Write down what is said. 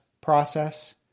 process